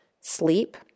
sleep